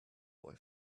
boy